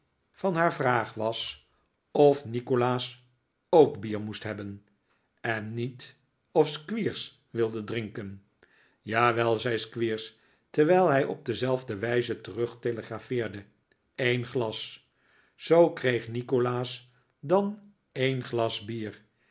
van haar vraag was of nikolaas ook bier moest hebben en niet of squeers wilde drinken jawel zei squeers terwijl hij op dezelfde wijze terug telegrafeerde een glas zoo kreeg nikolaas dan een glas bier